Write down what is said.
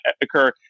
occur